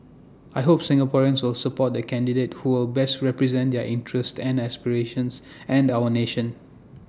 I hope Singaporeans will support the candidate who will best represent their interests and aspirations and our nation